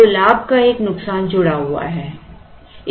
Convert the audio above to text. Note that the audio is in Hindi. तो लाभ का एक नुकसान जुड़ा हुआ है